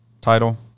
title